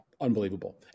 unbelievable